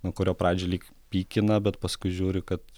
nuo kurio pradžioj lyg pykina bet paskui žiūri kad